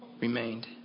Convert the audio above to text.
remained